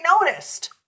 noticed